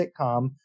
sitcom